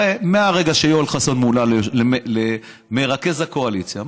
הרי מהרגע שיואל חסון מונה למרכז הקואליציה,